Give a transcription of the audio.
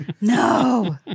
No